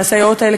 והסייעות האלה,